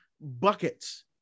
buckets